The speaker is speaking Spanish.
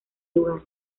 lugar